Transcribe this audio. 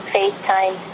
FaceTime